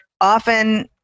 often